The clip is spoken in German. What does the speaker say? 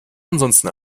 ansonsten